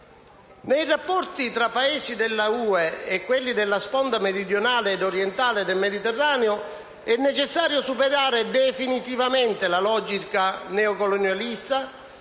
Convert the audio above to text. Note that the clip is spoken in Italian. Nei rapporti tra i Paesi dell'Unione europea e quelli della sponda meridionale ed orientale del Mediterraneo è necessario superare definitivamente la logica neocolonialista